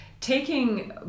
Taking